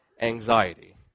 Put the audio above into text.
anxiety